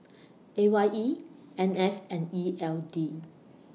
A Y E N S and E L D